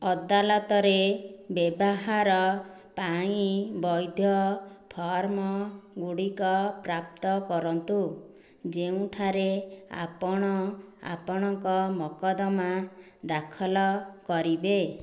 ଅଦାଲତରେ ବ୍ୟବହାର ପାଇଁ ବୈଧ ଫର୍ମ ଗୁଡ଼ିକ ପ୍ରାପ୍ତ କରନ୍ତୁ ଯେଉଁଠାରେ ଆପଣ ଆପଣଙ୍କ ମକଦ୍ଦମା ଦାଖଲ କରିବେ